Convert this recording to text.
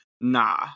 nah